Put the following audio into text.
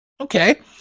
Okay